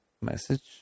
message